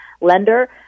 lender